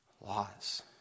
laws